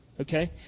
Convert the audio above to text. okay